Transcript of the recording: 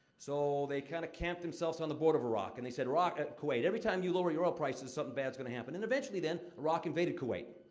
so, they kind of camped themselves on the border of iraq, and they said, and kuwait, every time you lower your oil prices, something bad is going to happen. and eventually, then, iraq invaded kuwait.